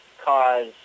cause